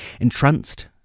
Entranced